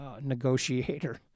negotiator